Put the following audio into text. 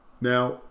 Now